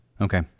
Okay